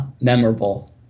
memorable